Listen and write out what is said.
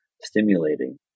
stimulating